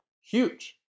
huge